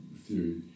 theory